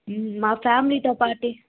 మా ఫ్యామిలీతో పాటి